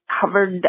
covered